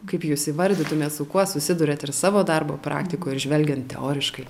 kaip jūs įvardytumėt su kuo susiduriat ir savo darbo praktikoj žvelgiant teoriškai